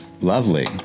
Lovely